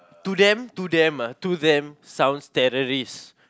to them to them ah to them sounds terrorist